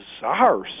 bizarre